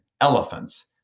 Elephants